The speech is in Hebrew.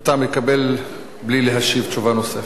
אתה מקבל, בלי להשיב תשובה נוספת.